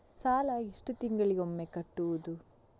ಸಾಲ ಎಷ್ಟು ತಿಂಗಳಿಗೆ ಒಮ್ಮೆ ಕಟ್ಟುವುದು?